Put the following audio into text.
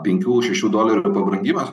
penkių šešių dolerių pabrangimas